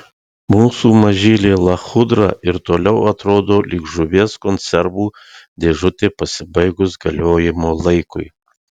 mūsų mažylė lachudra ir toliau atrodo lyg žuvies konservų dėžutė pasibaigus galiojimo laikui